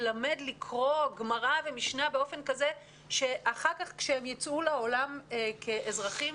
ללמד לקרוא גמרא ומשנה באופן כזה שאחר כך כשהם יצאו לעולם כאזרחים